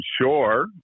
sure